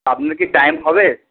আপনি কি টাইম হবে